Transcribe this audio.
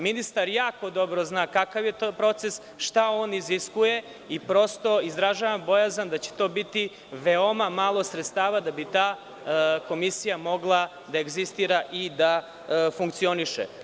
Ministar jako dobro zna kakav je to proces, šta on iziskuje i izražavam bojazan da će to biti veoma malo sredstava, da bi ta komisija mogla da egzistira i da funkcioniše.